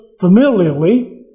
familially